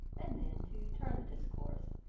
and then to turn the discourse,